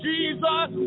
Jesus